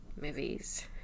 movies